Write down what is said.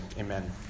Amen